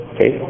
Okay